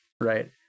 right